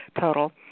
total